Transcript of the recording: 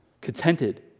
contented